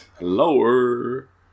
Lower